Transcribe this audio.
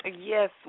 Yes